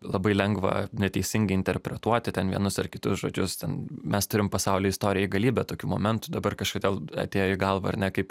labai lengva neteisingai interpretuoti ten vienus ar kitus žodžius ten mes turim pasaulio istorijoj galybę tokių momentų dabar kažkodėl atėjo į galvą ar ne kaip